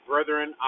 Brethren